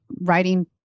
writing